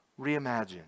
reimagine